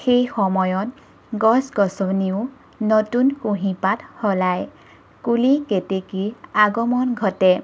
সেই সময়ত গছ গছনিও নতুন কুঁহিপাত সলায় কুলি কেতেকী আগমন ঘটে